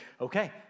okay